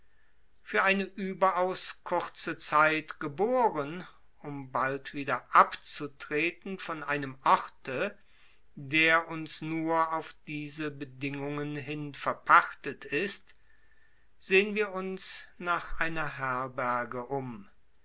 für eine überaus kurze zeit geboren um bald wieder abzutreten von einem orte der uns nur auf diese bedingungen hin verpachtet ist sehen wir uns nach einer herberge um